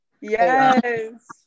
yes